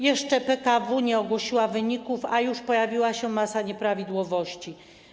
Jeszcze PKW nie ogłosiła wyników, a już pojawiła się masa nieprawidłowości.